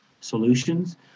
solutions